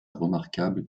remarquable